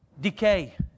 decay